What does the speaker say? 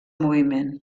moviment